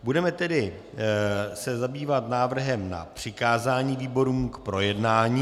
Budeme se tedy zabývat návrhem na přikázání výborům k projednání.